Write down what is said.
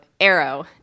Arrow